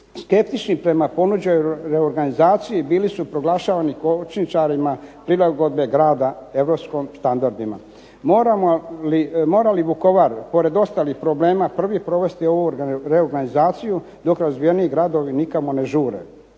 skeptični prema ponuđenoj reorganizaciji bili su proglašavani kočničarima prilagodbe grada europskim standardima. Mora li Vukovar pored ostalih problema prvi provesti ovu reorganizaciju dok razvijeniji gradovi nikamo ne žure.